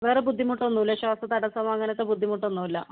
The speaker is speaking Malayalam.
വേറെ ബുദ്ധിമുട്ടൊന്നുമില്ല ശ്വാസതടസ്സം അങ്ങനത്തെ ബുദ്ധിമുട്ടൊന്നുമില്ല